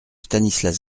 stanislas